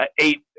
eight